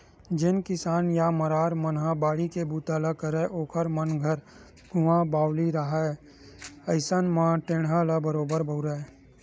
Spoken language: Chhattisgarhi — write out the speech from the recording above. जेन किसान या मरार मन ह बाड़ी के बूता ल करय ओखर मन घर कुँआ बावली रहाय अइसन म टेंड़ा ल बरोबर बउरय